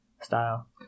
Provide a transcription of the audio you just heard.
style